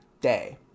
day